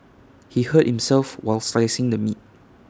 he hurt himself while slicing the meat